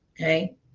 okay